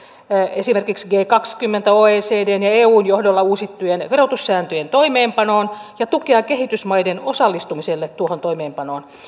esimerkiksi g kahdenkymmenen oecdn ja eun johdolla uusittujen verotussääntöjen toimeenpanoon ja tukea kehitysmaiden osallistumiselle tuohon toimeenpanoon